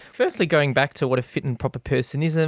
firstly, going back to what a fit and proper person is. um